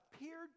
appeared